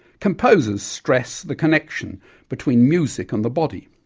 composers stress the connection between music and the body.